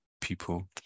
people